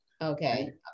Okay